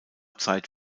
zeit